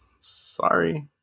sorry